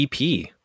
ep